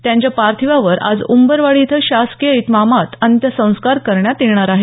त्यांच्या पार्थिवावर आज उंबरवाडी इथं शासकीय इतमामामात अंत्यसंस्कार करण्यात येणार आहेत